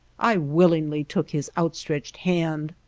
i willingly took his outstretched hand.